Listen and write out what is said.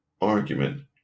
argument